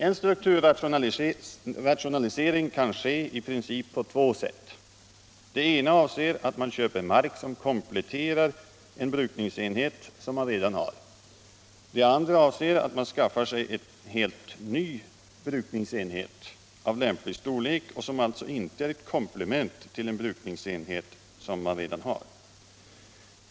En strukturrationalisering kan i princip ske på två sätt. Det ena avser att man köper mark som kompletterar en brukningsenhet som man redan har. Det andra avser att man skaffar sig en helt ny brukningsenhet av lämplig storlek och som alltså inte är ett komplement till en brukningsenhet som man redan har.